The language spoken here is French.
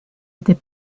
était